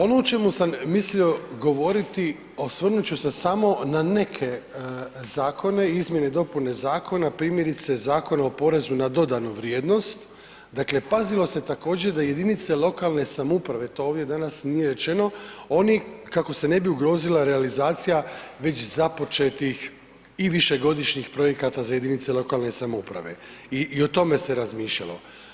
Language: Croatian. Ono o čemu sam mislio govoriti, osvrnut ću se samo na neke zakone, izmjene i dopune zakona, primjerice Zakona o porezu na dodanu vrijednost, dakle pazilo se također da jedinice lokalne samouprave, to ovdje danas nije rečeno, oni kako se ne bi ugrozila realizacija već započetih i višegodišnjih projekata za jedinice lokalne samouprave i o tome se razmišljalo.